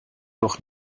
noch